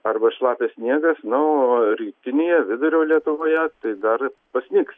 arba šlapias sniegas na o rytinėje vidurio lietuvoje tai dar pasnigs